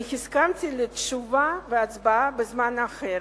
אני הסכמתי לתשובה והצבעה בזמן אחר,